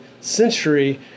century